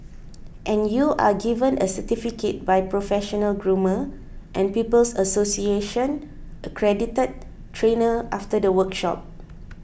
and you are given a certificate by professional groomer and People's Association accredited trainer after the workshop